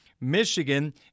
Michigan